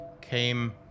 came